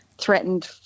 threatened